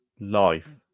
life